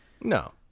no